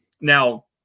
Now